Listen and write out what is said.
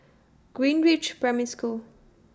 Greenridge Primary School